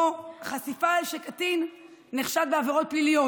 או חשיפה של קטין שנחשד בעבירות פליליות,